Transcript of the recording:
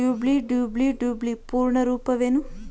WWW ಪೂರ್ಣ ರೂಪ ಏನು?